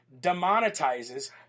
demonetizes